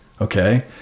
Okay